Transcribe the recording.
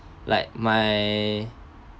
like my